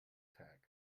tag